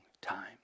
time